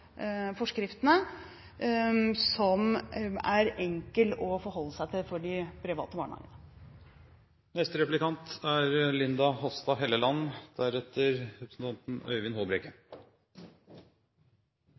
forskriftene som er enkel å forholde seg til for de private barnehagene. Høyre er